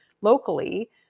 locally